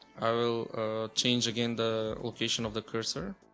i will change again the location of the cursor